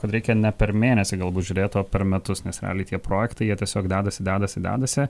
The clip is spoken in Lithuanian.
kad reikia ne per mėnesį galbūt žiūrėt o per metus nes realiai tie projektai jie tiesiog dedasi dedasi dedasi